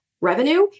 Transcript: revenue